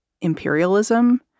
imperialism